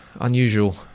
unusual